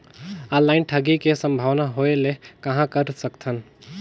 Online ठगी के संभावना होय ले कहां कर सकथन?